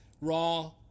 Raw